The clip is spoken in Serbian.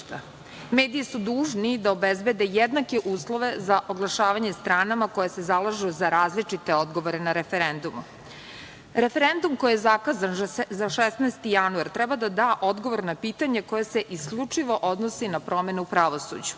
Mediji su dužni da obezbede jednake uslove za oglašavanje stranama koje se zalažu za različite odgovore na referendumu. Referendum koji je zakazan za 16. januar treba da da odgovor na pitanje koje se isključivo odnosi na promene u pravosuđu.